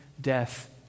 death